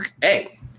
Hey